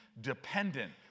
dependent